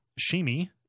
Shimi